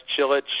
Chilich